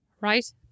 right